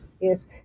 yes